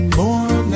more